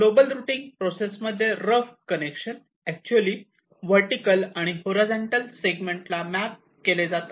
global routing process मध्ये rough connection actually vertical आणि horizontal segment ला मॅप केले जातात